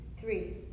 three